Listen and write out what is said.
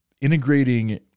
integrating